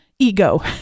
ego